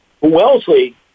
Wellesley